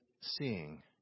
seeing